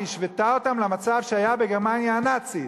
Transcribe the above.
היא השוותה אותם למצב שהיה בגרמניה הנאצית.